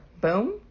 Boom